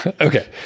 Okay